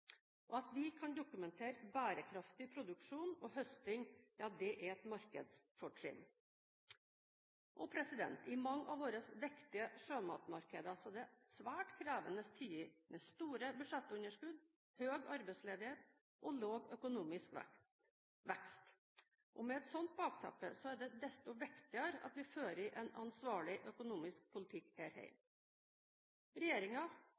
forbrukere. At vi kan dokumentere bærekraftig produksjon og høsting, er et markedsfortrinn. I mange av våre viktige sjømatmarkeder er det svært krevende tider med store budsjettunderskudd, høy arbeidsledighet og lav økonomisk vekst. Med et sånt bakteppe er det desto viktigere at vi fører en ansvarlig økonomisk politikk her